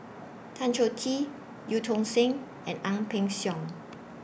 Tan Choh Tee EU Tong Sen and Ang Peng Siong